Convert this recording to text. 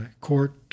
court